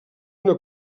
una